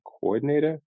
coordinator